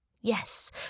Yes